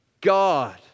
God